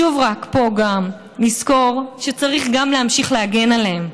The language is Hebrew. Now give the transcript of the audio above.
רק חשוב גם לזכור פה שצריך להמשיך להגן עליהן,